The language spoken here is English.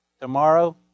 Tomorrow